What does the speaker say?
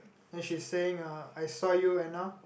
and she's saying uh I saw you Anna